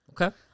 Okay